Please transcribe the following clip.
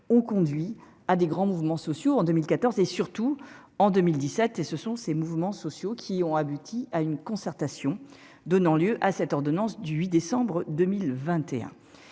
ont conduit à de grands mouvements sociaux en 2014 et surtout en 2017. Ce sont ces mouvements sociaux qui ont abouti à une concertation donnant lieu à l'ordonnance du 8 décembre 2021.